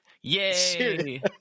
yay